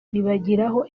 bibagiraho